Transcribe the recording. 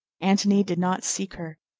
antony did not seek her.